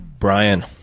bryan,